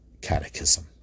catechism